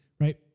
right